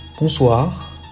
Bonsoir